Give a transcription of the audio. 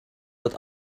wird